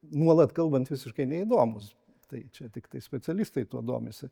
nuolat kalbant visiškai neįdomūs tai čia tiktai specialistai tuo domisi